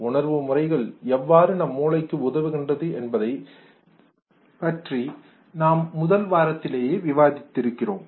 உணர்வுமுறைகள் எவ்வாறு நம் மூளைக்கு உதவுகின்றது என்பதை பற்றி நாம் முதல் வாரத்திலேயே விவாதித்திருக்கிறோம்